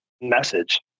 message